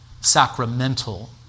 sacramental